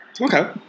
Okay